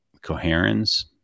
coherence